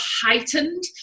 heightened